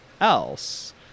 else